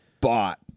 bought